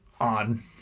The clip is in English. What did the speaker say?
on